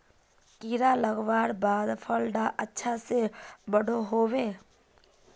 कीड़ा लगवार बाद फल डा अच्छा से बोठो होबे?